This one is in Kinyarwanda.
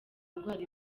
ndwara